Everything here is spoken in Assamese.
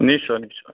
নিশ্চয় নিশ্চয়